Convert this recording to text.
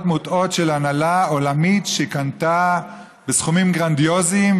מוטעות של הנהלה עולמית שקנתה בסכומים גרנדיוזיים.